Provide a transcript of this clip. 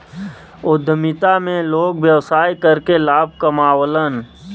उद्यमिता में लोग व्यवसाय करके लाभ कमावलन